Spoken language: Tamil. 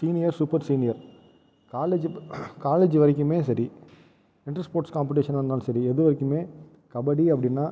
senior super senior college college வரைக்குமே சரி இன்டர் ஸ்போர்ட்ஸ் காம்பிடிஷன் இருந்தாலும் சரி எது வரைக்குமே கபடி அப்படின்னா